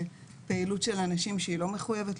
פעילות של אנשים שהיא לא מחויבת,